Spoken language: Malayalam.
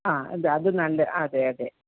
ആ അത് അത് നല്ല അതെ അതെ